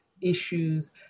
issues